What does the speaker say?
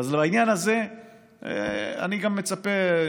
בעניין הזה אני גם מצפה,